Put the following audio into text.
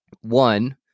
One